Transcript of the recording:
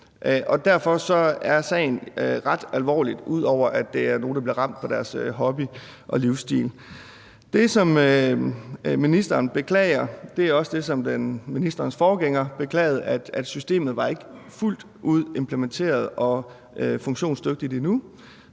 Derfor er sagen ret alvorlig, ud over at der er nogle, der bliver ramt på deres hobby og livsstil. Det, som ministeren beklager, er også det, som ministerens forgænger beklagede, nemlig at systemet ikke var fuldt ud implementeret og funktionsdygtigt endnu,